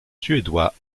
suédois